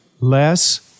Less